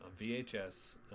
VHS